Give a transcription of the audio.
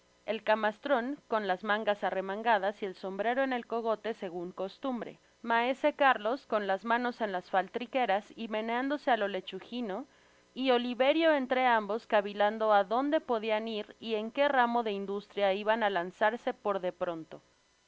el camastron con las mangas arremangadas y el sombrero en el cogote segun costumbre maese carlos con las manos en las faltriqueras y meneándose á lo leclmgino y oliverio entre ambos cavilando á donde podian ir y en que ramo de industria iban á lanzarse por de pronto